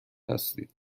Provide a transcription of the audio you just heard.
هستید